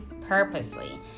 purposely